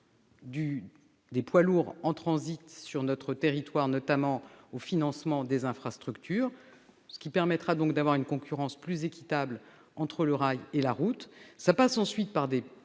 des poids lourds qui transitent sur notre territoire au financement des infrastructures. Cela permettra d'avoir une concurrence plus équitable entre le rail et la route. Cela passe en outre par des